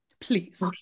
please